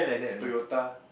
Toyota